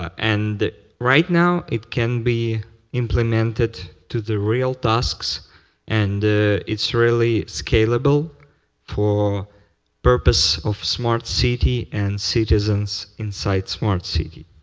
and right now, it can be implemented to the real tasks and it's really scalable for purpose of smart city and citizens inside smart city.